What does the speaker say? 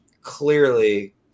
Clearly